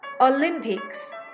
Olympics